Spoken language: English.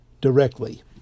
directly